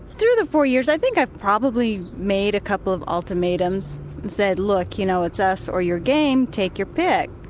through the four years i think i've made a couple of ultimatums and said, look, you know it's us or your game, take your pick.